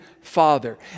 father